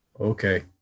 Okay